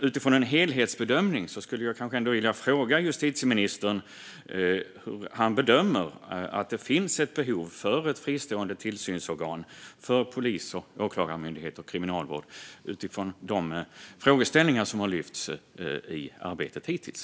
Utifrån en helhetsbedömning skulle jag ändå vilja fråga justitieministern hur han bedömer behovet av ett fristående tillsynsorgan för polis, åklagarmyndighet och kriminalvård utifrån de frågeställningar som har lyfts fram i arbetet hittills.